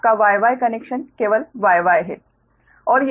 और यह आपका Y Y कनेक्शन केवल Y Y है